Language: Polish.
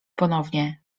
ponownie